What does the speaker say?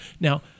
Now